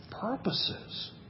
purposes